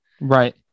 Right